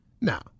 Now